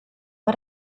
why